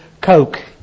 Coke